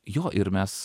jo ir mes